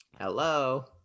Hello